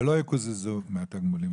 ולא יקוזזו מהתגמולים.